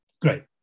great